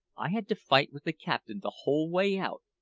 i had to fight with the captain the whole way out,